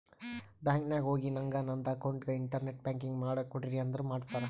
bank ನಾಗ್ ಹೋಗಿ ನಂಗ್ ನಂದ ಅಕೌಂಟ್ಗ ಇಂಟರ್ನೆಟ್ ಬ್ಯಾಂಕಿಂಗ್ ಮಾಡ್ ಕೊಡ್ರಿ ಅಂದುರ್ ಮಾಡ್ತಾರ್